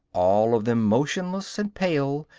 all of them motionless and pale,